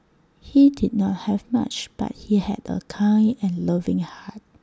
he did not have much but he had A kind and loving heart